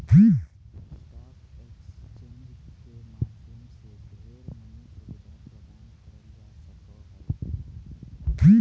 stock exchange के माध्यम से ढेर मनी सुविधा प्रदान करल जा हय